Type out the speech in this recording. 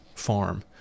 farm